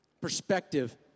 perspective